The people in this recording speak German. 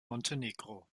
montenegro